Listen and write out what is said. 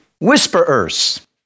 whisperers